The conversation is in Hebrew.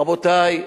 רבותי,